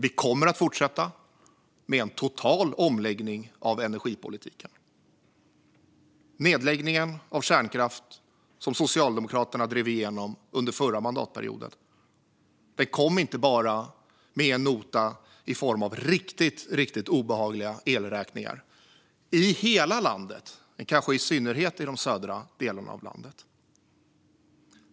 Vi kommer att fortsätta med en total omläggning av energipolitiken. Nedläggningen av kärnkraft som Socialdemokraterna drev igenom under den förra mandatperioden kom inte bara med en nota i form av riktigt obehagliga elräkningar i hela landet och i synnerhet de södra delarna.